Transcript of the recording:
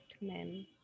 men